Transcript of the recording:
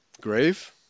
grave